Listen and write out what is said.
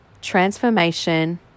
transformation